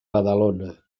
badalona